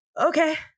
okay